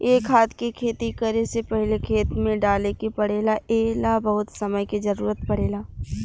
ए खाद के खेती करे से पहिले खेत में डाले के पड़ेला ए ला बहुत समय के जरूरत पड़ेला